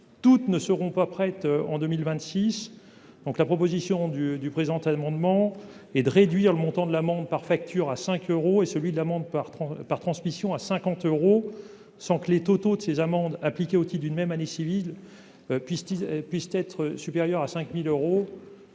Toutes ne seront pas prêtes en 2026. Le présent amendement a pour objet de réduire le montant de l'amende par facture à 5 euros et celui de l'amende par transmission à 50 euros, sans que le total des amendes appliquées au titre d'une même année civile puisse être supérieur à 5 000 euros.